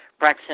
Brexit